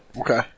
Okay